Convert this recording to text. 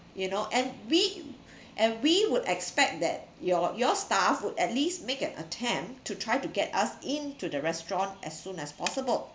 you know and we and we would expect that your your staff would at least make an attempt to try to get us into the restaurant as soon as possible